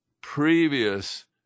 previous